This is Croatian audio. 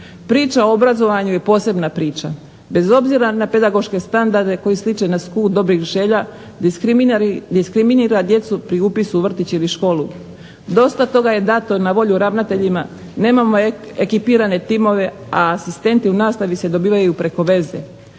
Priča o obrazovanju je posebna priča. Bez obzira na pedagoške standarde koji sliče na skup dobrih želja diskriminira djecu pri upisu u vrtić ili školu. Dosta toga je dato na volju ravnateljima. Nemamo ekipirane timove, a asistenti u nastavi se dobivaju preko veze.